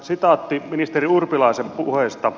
sitaatti ministeri urpilaisen puheesta